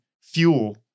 fuel